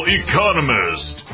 economist